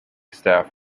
staff